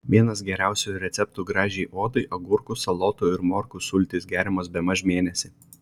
vienas geriausių receptų gražiai odai agurkų salotų ir morkų sultys geriamos bemaž mėnesį